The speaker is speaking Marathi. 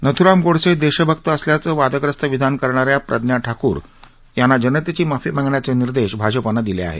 नथुराम गोडसे देशभक्त असल्याचं वादग्रस्त विधान करणा या प्रज्ञा ठाकूर यांना जनतेची माफी मागण्याचे निर्देश भाजपानं दिले आहेत